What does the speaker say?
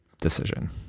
decision